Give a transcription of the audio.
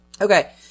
Okay